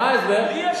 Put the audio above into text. מה ההסבר?